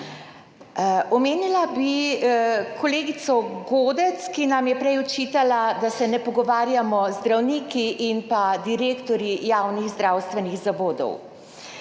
Omenila bi kolegico Godec, ki nam je prej očitala, da se ne pogovarjamo z zdravniki in direktorji javnih zdravstvenih zavodov.